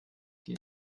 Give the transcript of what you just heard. geht